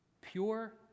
Pure